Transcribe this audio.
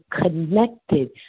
connected